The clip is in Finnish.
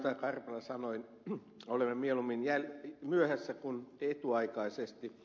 karpela sanoi olemme mieluummin myöhässä kuin etuaikaisesti